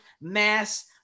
mass